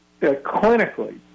clinically